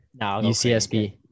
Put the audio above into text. UCSB